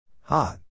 Hot